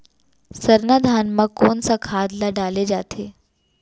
सरना धान म कोन सा खाद ला डाले जाथे?